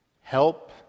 help